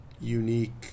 unique